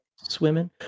Swimming